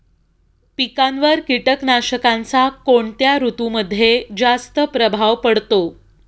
पिकांवर कीटकनाशकांचा कोणत्या ऋतूमध्ये जास्त प्रभाव पडतो?